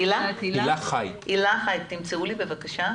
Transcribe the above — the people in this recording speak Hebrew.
הילה חי בבקשה.